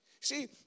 See